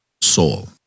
soul